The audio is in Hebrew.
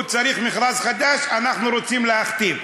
הוא צריך מכרז חדש, אנחנו רוצים להכתיב.